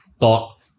talk